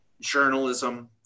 journalism